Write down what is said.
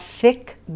thick